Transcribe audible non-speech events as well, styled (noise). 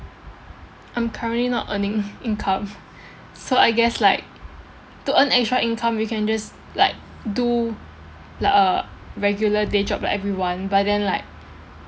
I'm currently not earning (laughs) income (laughs) so I guess like to earn extra income you can just like do like uh regular day job like everyone but then like